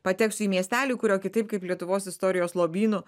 pateksiu į miestelį kurio kitaip kaip lietuvos istorijos lobynu